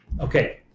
Okay